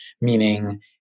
meaning